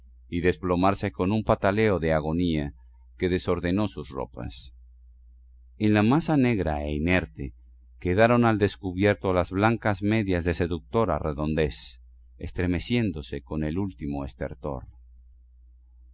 y desplomarse con un pataleo de agonía que desordenó sus ropas en la masa negra e inerte quedaron al descubierto las blancas medias de seductora redondez estremeciéndose con el último estertor